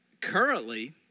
Currently